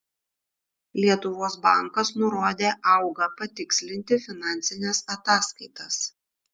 lietuvos bankas nurodė auga patikslinti finansines ataskaitas